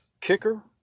kicker